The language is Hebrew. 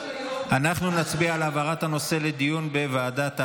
על העברת הנושא לדיון בוועדת העלייה,